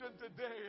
today